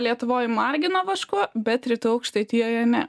lietuvoje margino vašku bet rytų aukštaitijoje ne